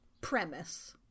premise